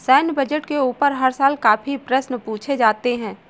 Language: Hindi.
सैन्य बजट के ऊपर हर साल काफी प्रश्न पूछे जाते हैं